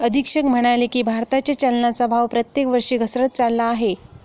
अधीक्षक म्हणाले की, भारताच्या चलनाचा भाव प्रत्येक वर्षी घसरत चालला आहे